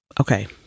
okay